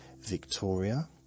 Victoria